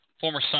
former